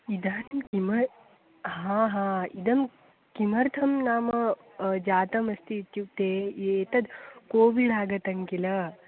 इदानीम् किम् हा हा इदं किमर्थं नाम जातमस्ति इत्युक्ते एतद् कोविड् आगतङ्किल